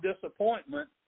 disappointment